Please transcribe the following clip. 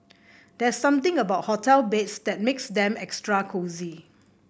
there's something about hotel beds that makes them extra cosy